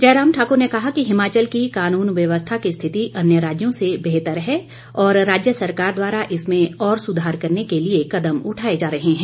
जयराम ठाकुर ने कहा कि हिमाचल की कानून व्यवस्था की स्थिति अन्य राज्यों से बेहतर है और राज्य सरकार द्वारा इसमें और सुधार के लिए कदम उठाए जा रहे हैं